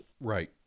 Right